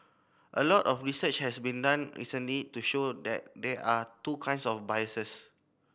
a lot of research has been done recently to show that there are two kinds of biases